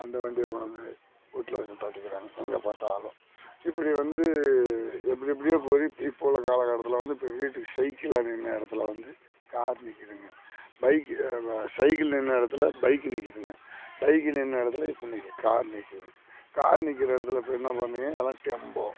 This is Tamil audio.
அந்த வண்டியை கொண்டாந்து வீட்டில் நிப்பாட்டிக்கிறாங்க எங்கே பார்த்தாலும் இப்படி வந்து எப்படி எப்படியோ போய் இப்போ உள்ளே காலக்கட்டத்தில் வந்து இப்போ வீட்டுக்கு சைக்கிள்லாம் நின்ற இடத்துல வந்து கார் நிற்கிதுங்க பைக் சைக்கிள் நின்ற இடத்துல பைக்கு நிற்கிதுங்க பைக்கு நின்ற இடத்துல இப்போ இன்னக்கு கார் நிற்கிது கார் நிற்கிற இடத்துல இப்போ என்ன பண்ணீங்க எல்லாம் டெம்போ